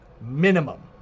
minimum